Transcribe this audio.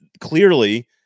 clearly